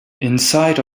inside